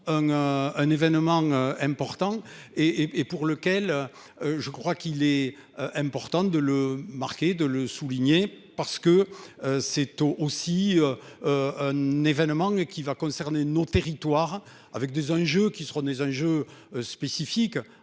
un événement important et et pour lequel. Je crois qu'il est important de le marquer de le souligner parce que c'est aussi. Un événement qui va concerner nos territoires, avec des enjeux qui seront des enjeux spécifiques